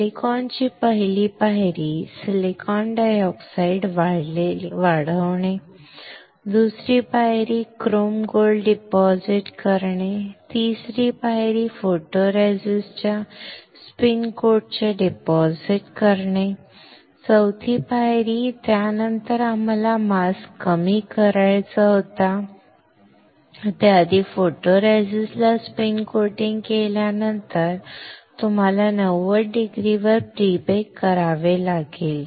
सिलिकॉनची पहिली पायरी सिलिकॉन डायऑक्साइड वाढलेली दुसरी पायरी क्रोम गोल्ड डिपॉझिट तिसरी पायरी फोटोरेसिस्ट च्या स्पिन कोटचे डिपॉझिट फोर स्टेप त्यानंतर आम्हाला मास्क कमी करायचा होता त्याआधी फोटोरेसिस्ट ला स्पिन कोटिंग केल्यानंतर तुम्हाला 90 डिग्रीवर प्री बेक करावे लागेल